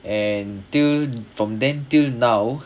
and till from then till now